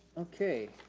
okay,